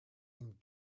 and